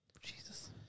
Jesus